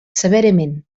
severament